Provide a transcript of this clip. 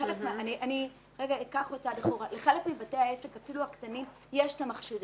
חלק מבתי העסק, אפילו הקטנים יש בהם את המכשירים.